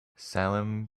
salim